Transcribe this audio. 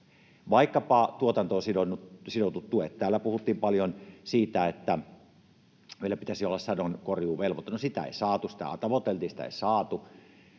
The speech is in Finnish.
Vaikkapa tuotantoon sidotut tuet: Täällä puhuttiin paljon siitä, että meillä pitäisi olla sadonkorjuuvelvoite. No, sitä ei saatu. Sitähän tavoiteltiin, mutta sitä ei saatu.